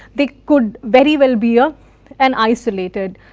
they could very well be ah an isolated